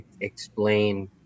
explain